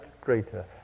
greater